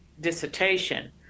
dissertation